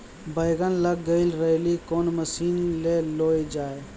बैंगन लग गई रैली कौन मसीन ले लो जाए?